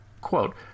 Quote